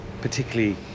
particularly